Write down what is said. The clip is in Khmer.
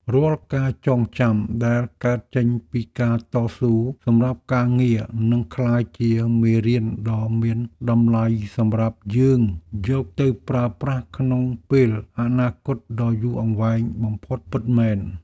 រាល់ការចងចាំដែលកើតចេញពីការតស៊ូសម្រាប់ការងារនឹងក្លាយជាមេរៀនដ៏មានតម្លៃសម្រាប់យើងយកទៅប្រើប្រាស់ក្នុងពេលអនាគតដ៏យូរអង្វែងបំផុតពិតមែន។